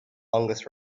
longest